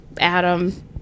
Adam